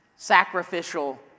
sacrificial